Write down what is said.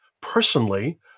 Personally